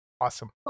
awesome